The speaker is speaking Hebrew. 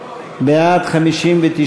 בעד, 59,